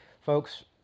folks